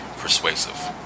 persuasive